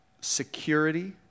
security